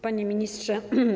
Panie Ministrze!